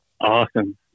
Awesome